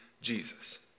Jesus